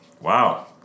Wow